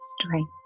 strength